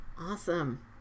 Awesome